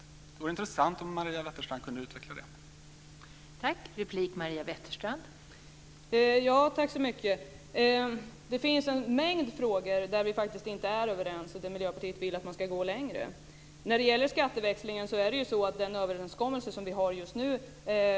Det vore intressant om Maria Wetterstrand kunde utveckla det resonemanget.